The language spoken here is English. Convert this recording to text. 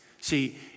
See